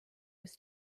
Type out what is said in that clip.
was